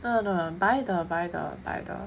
oh no no buy the buy the buy the